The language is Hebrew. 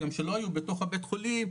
גם שלא היו בתוך הבית חולים,